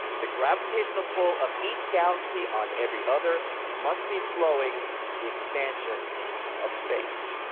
the gravitational pull of each galaxy on every other must be slowing the expansion of space.